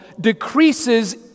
decreases